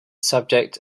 subject